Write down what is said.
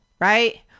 right